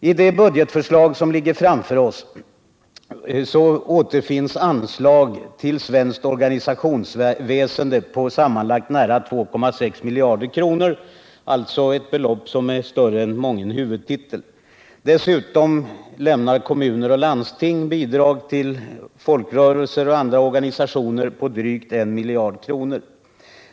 I det budgetförslag som ligger framför oss återfinns anslag till svenskt organisationsväsende på sammanlagt nära 2,6 miljarder kronor, alltså ett belopp som är större än mången huvudtitel. Dessutom lämnar kommuner och landsting bidrag till folkrörelser och andra organisationer på drygt 1 miljard kronor.